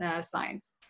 science